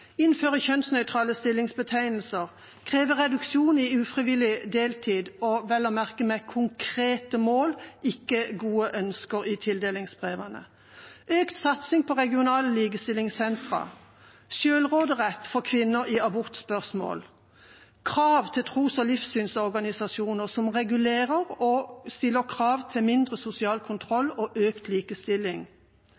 innføre kjønnsnøytrale stillingsbetegnelser, kreve reduksjon i ufrivillig deltid – og vel å merke med konkrete mål, ikke gode ønsker i tildelingsbrevene. Vi ønsker økt satsing på regionale likestillingssentre, selvlråderett for kvinner i abortspørsmål, å stille krav til tros- og livssynsorganisasjoner om regulering og